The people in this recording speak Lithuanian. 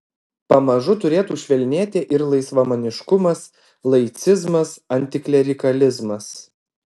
pamažu turėtų švelnėti ir laisvamaniškumas laicizmas antiklerikalizmas